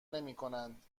نمیکنند